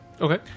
Okay